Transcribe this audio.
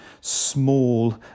small